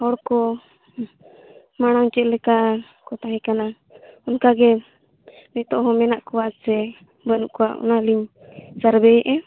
ᱦᱚᱲ ᱠᱚ ᱢᱟᱲᱟᱝ ᱪᱮᱫ ᱞᱮᱠᱟ ᱠᱚ ᱛᱟᱦᱮᱸ ᱠᱟᱱᱟ ᱚᱱᱠᱟ ᱜᱮ ᱱᱤᱛᱚᱜ ᱦᱚᱸ ᱢᱮᱱᱟᱜ ᱠᱚᱣᱟ ᱥᱮ ᱵᱟᱹᱱᱩᱜ ᱠᱚᱣᱟ ᱚᱱᱟᱞᱤᱧ ᱥᱟᱨᱵᱷᱮᱭᱮᱫᱼᱟ